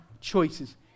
choices